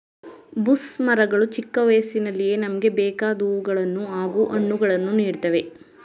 bush ಮರಗಳು ಚಿಕ್ಕ ವಯಸ್ಸಿನಲ್ಲಿಯೇ ನಮ್ಗೆ ಬೇಕಾದ್ ಹೂವುಗಳನ್ನು ಹಾಗೂ ಹಣ್ಣುಗಳನ್ನು ನೀಡ್ತವೆ